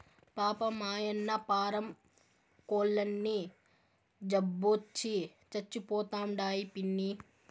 పాపం, ఆయన్న పారం కోల్లన్నీ జబ్బొచ్చి సచ్చిపోతండాయి పిన్నీ